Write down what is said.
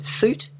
suit